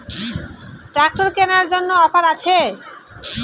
Tractor কেনার জন্য offer আছে?